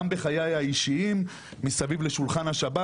גם בחיי האישיים מסביב לשולחן השבת,